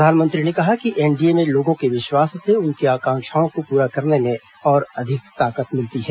प्रधानमंत्री ने कहा कि एनडीए में लोगों के विश्वास से उनकी आकांक्षाओं को पूरा करने में और अधिक ताकत मिलती है